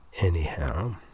Anyhow